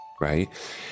right